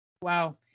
Wow